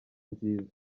nziza